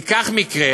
תיקח מקרה,